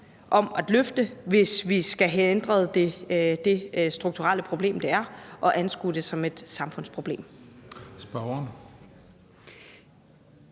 om at løfte, hvis vi skal have ændret det strukturelle problem, det er, og anskue det som et samfundsproblem.